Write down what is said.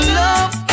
love